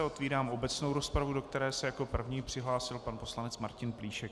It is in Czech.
Otvírám obecnou rozpravu, do které se jako první přihlásil pan poslanec Martin Plíšek.